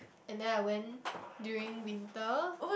and then I went during winter